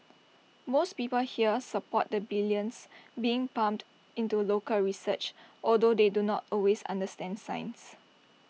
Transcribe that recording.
most people here support the billions being pumped into local research although they do not always understand science